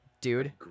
Dude